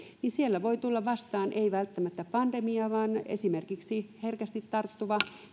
siellä voi tulla vastaan ei välttämättä pandemia vaan esimerkiksi herkästi tarttuva